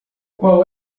qual